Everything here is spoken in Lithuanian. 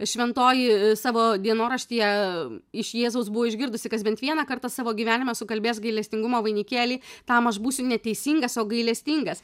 šventoji savo dienoraštyje iš jėzaus buvo išgirdusi kas bent vieną kartą savo gyvenime sukalbės gailestingumo vainikėlį tam aš būsiu ne teisingas o gailestingas